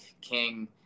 King